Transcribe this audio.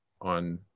on